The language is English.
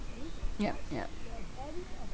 yup yup